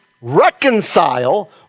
reconcile